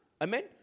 Amen